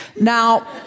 Now